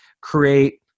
create